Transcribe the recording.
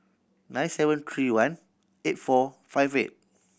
nine seven three one eight four five eight